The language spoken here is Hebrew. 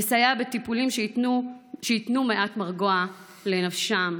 לסייע בטיפולים שייתנו מעט מרגוע לנפשם.